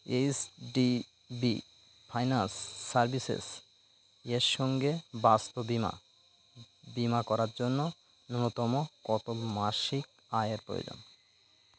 HDB finance services এর সঙ্গে বাস্তু বিমা বিমা করার জন্য ন্যূনতম কত মাসিক আয়ের প্রয়োজন